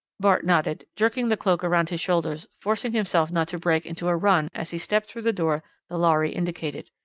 bart nodded, jerking the cloak around his shoulders, forcing himself not to break into a run as he stepped through the door the lhari indicated.